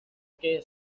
que